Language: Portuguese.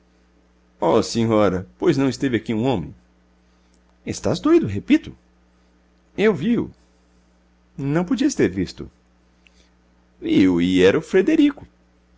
oh senhora pois não esteve aqui um homem estás doido repito eu vi-o não podias ter visto vi-o e era o frederico